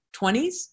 20s